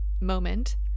moment